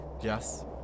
yes